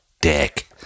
Dick